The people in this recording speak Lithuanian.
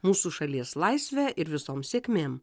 mūsų šalies laisve ir visom sėkmėm